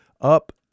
up